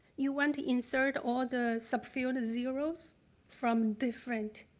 you want to insert all the sub field zeroes from different